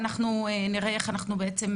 ואנחנו נראה איך אנחנו נוכל,